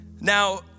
Now